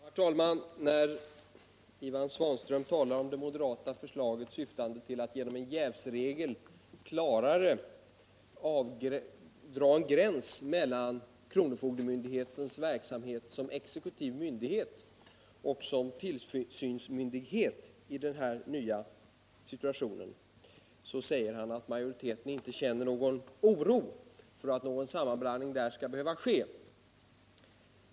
Herr talman! När Ivan Svanström talade om det moderata förslaget syftande till att genom en jävsregel klarare dra en gräns mellan kronofogdemyndighetens verksamhet som exekutiv myndighet och som tillsynsmyndighet i den här nya situationen sade han att majoriteten inte kände någon oro för att någon sammanblandning skulle behöva ske.